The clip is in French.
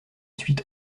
suite